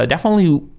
ah definitely,